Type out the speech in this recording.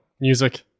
Music